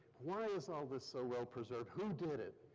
why is all this so well preserved? who did it?